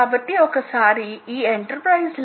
అప్పుడు మీరు సహజంగానే కొంత అభిప్రాయానికి వస్తారు